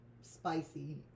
spicy